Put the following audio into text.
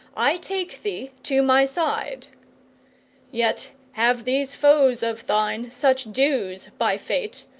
i take thee to my side yet have these foes of thine such dues by fate,